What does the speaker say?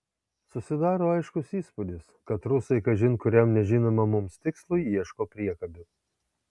susidaro aiškus įspūdis kad rusai kažin kuriam nežinomam mums tikslui ieško priekabių